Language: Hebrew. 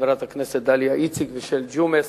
חברת הכנסת דליה איציק, ושל ג'ומס,